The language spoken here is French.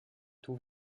tout